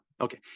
okay